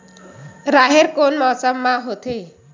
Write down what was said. राहेर कोन मौसम मा होथे?